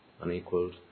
unequaled